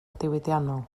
diwydiannol